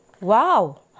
Wow